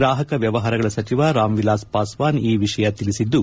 ಗ್ರಾಹಕ ವ್ಯವಹಾರಗಳ ಸಚಿವ ರಾಮ್ ವಿಲಾಸ್ ಪಾಸ್ವಾನ್ ಈ ವಿಷಯ ತಿಳಿಸಿದ್ದು